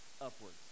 upwards